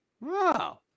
Wow